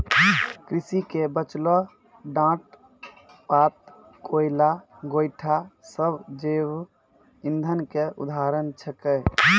कृषि के बचलो डांट पात, कोयला, गोयठा सब जैव इंधन के उदाहरण छेकै